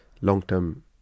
long-term